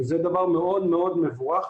וזה דבר מאוד מאוד מבורך.